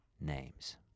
names